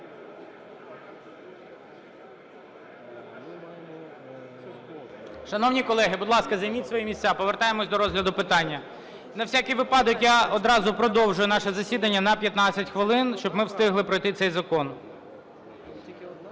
Шановні колеги, будь ласка, займіть свої місця, повертаємося до розгляду питання. На всякий випадок, я одразу продовжу наше засідання на 15 хвилин, щоб ми встигли пройти цей закон. Шановні